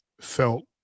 felt